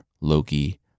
Loki